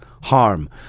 harm